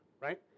right